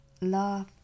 love